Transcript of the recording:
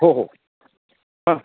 हो हो हां